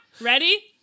Ready